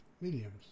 mediums